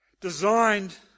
Designed